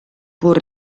pur